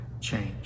change